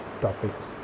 topics